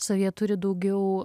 savyje turi daugiau